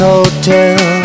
Hotel